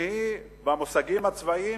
שהיא, במושגים הצבאיים,